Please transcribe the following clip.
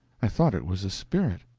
i thought it was a spirit,